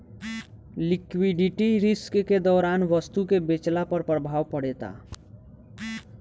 liquidity risk के दौरान वस्तु के बेचला पर प्रभाव पड़ेता